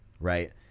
right